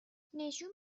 نشون